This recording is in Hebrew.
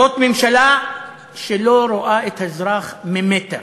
זאת ממשלה שלא רואה את האזרח ממטר.